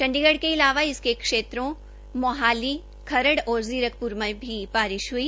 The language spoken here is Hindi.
चंडीगढ़ के अलावा इसके क्षेत्रों मोहाली खरड़ और जीरकप्र मे भी बारिश हुई